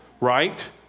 Right